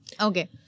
okay